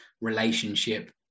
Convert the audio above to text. relationship